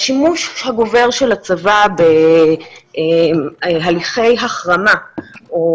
השימוש הגובר של הצבא בהליכי החרמה או